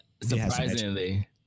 surprisingly